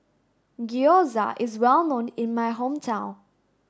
Gyoza is well known in my hometown